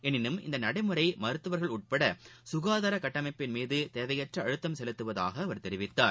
எனினும் இந்த நடைமுறை மருத்துவர்கள் உட்பட சுகாதார கட்டமைப்பின் மீது தேவையற்ற அழுத்தம் செலுத்துவதாக அவர் தெரிவித்தார்